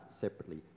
separately